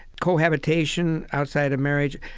cohabitation outside of marriage.